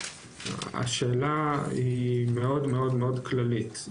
השאלה היא מאוד-מאוד כללית.